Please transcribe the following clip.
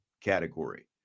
category